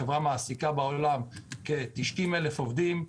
החברה מעסיקה בעולם כ-90,000 עובדים,